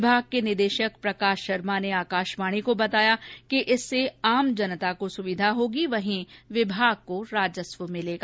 विभाग के निदेशक प्रकाश शर्मा ने आकाशवाणी को बताया कि इससे आम जनता को सुविधा होगी वही विभाग को राजस्व मिलेगा